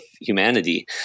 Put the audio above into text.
humanity